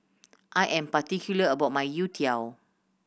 I am particular about my Youtiao